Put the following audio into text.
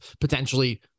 potentially